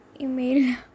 email